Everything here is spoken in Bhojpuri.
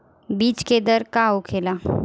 बीज के दर का होखेला?